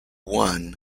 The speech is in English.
one